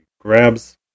grabs